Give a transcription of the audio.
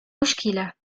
مشكلة